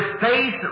faith